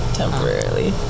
temporarily